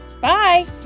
Bye